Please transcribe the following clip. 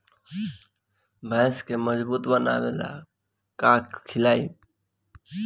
भैंस के मजबूत बनावे ला का खिलाई?